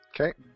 Okay